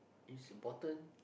is important